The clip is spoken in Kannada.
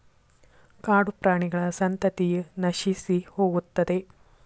ಕಾಡುಪ್ರಾಣಿಗಳ ಸಂತತಿಯ ನಶಿಸಿಹೋಗುತ್ತದೆ